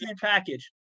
package